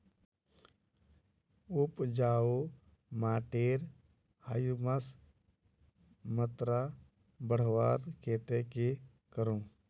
उपजाऊ माटिर ह्यूमस मात्रा बढ़वार केते की करूम?